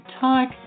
talk